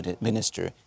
minister